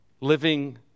living